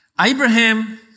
Abraham